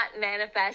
manifest